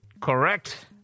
Correct